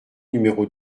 numéro